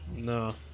No